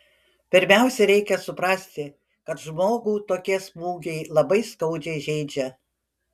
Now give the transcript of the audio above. pirmiausia reikia suprasti kad žmogų tokie smūgiai labai skaudžiai žeidžia